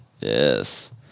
Yes